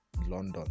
London